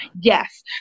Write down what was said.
Yes